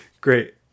Great